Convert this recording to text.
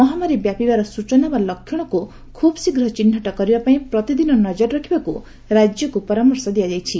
ମହାମାରୀ ବ୍ୟାପିପାର ସୂଚନା ବା ଲକ୍ଷଣକୁ ଖୁବ୍ ଶୀଘ୍ର ଚିହ୍ନଟ କରିବା ପାଇଁ ପ୍ରତିଦିନ ନଜର ରଖିବାକୁ ରାଜ୍ୟକୁ ପରାମର୍ଶ ଦିଆଯାଇଛି